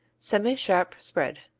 semisharp spread.